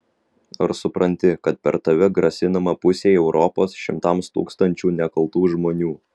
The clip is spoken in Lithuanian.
ar supranti kad per tave grasinama pusei europos šimtams tūkstančių nekaltų žmonių